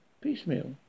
piecemeal